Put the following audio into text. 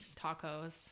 tacos